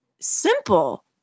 simple